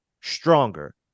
stronger